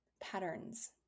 patterns